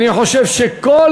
אני חושב שכל